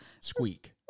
squeak